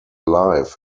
live